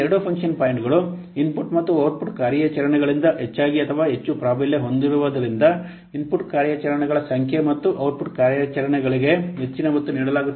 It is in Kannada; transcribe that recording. ಈ ಎರಡು ಫಂಕ್ಷನ್ ಪಾಯಿಂಟ್ಗಳು ಇನ್ಪುಟ್ ಮತ್ತು ಔಟ್ಪುಟ್ ಕಾರ್ಯಾಚರಣೆಗಳಿಂದ ಹೆಚ್ಚಾಗಿ ಅಥವಾ ಹೆಚ್ಚು ಪ್ರಾಬಲ್ಯ ಹೊಂದಿರುವುದರಿಂದ ಇನ್ಪುಟ್ ಕಾರ್ಯಾಚರಣೆಗಳ ಸಂಖ್ಯೆ ಮತ್ತು ಔಟ್ಪುಟ್ ಕಾರ್ಯಾಚರಣೆಗಳಿಗೆ ಹೆಚ್ಚಿನ ಒತ್ತು ನೀಡಲಾಗುತ್ತದೆ